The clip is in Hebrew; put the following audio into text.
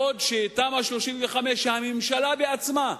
בעוד תמ"א 35 שהממשלה בעצמה אישרה,